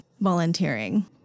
volunteering